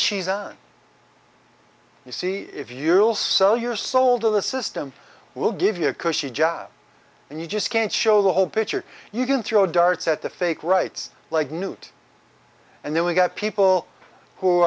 she's on you see if you will sell your soul to the system we'll give you a cushy job and you just can't show the whole picture you can throw darts at the fake writes like newt and then we got people who